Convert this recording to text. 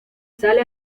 sale